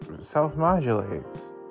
self-modulates